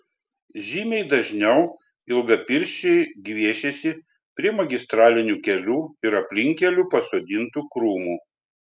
žymiai dažniau ilgapirščiai gviešiasi prie magistralinių kelių ir aplinkkelių pasodintų krūmų